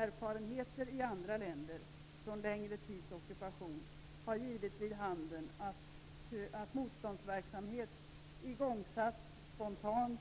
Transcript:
Erfarenheter i andra länder från längre tids ockupation har givit vid handen att motståndsverksamhet igångsätts spontant